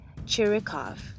Chirikov